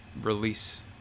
release